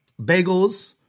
bagels